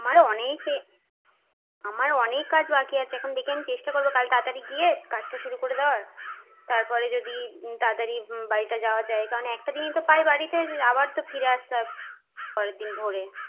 আমারও অনেক আমারও অনেক কাজ বাকি আছে এখন দেখি আমি চেষ্টা করবো কাল তাড়াতাড়ি গিয়ে কাজটা শুরু করে দেওয়ার তারপরে যদি তাড়াতাড়ি বাড়িটা যাওয়া যায় কারণ একটা দিনই তো পাই বাড়িতে আবার তো ফিরে আসতে হয় পরের দিন ভোরে